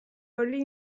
early